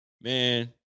man